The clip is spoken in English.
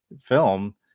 film